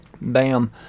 bam